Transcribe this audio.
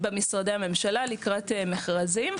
במשרדי הממשלה לקראת מכרזים,